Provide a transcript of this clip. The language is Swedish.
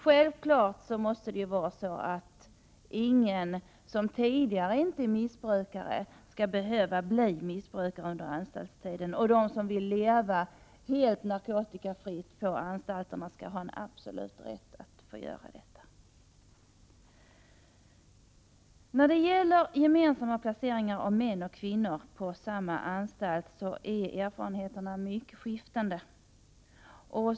Självklart skall ingen som inte tidigare är missbrukare behöva bli missbrukare under anstaltstiden. De som vill leva helt narkotikafritt på anstalterna skall ha en absolut rätt att få göra detta. Erfarenheterna av gemensam placering av män och kvinnor på samma anstalt är mycket skiftande.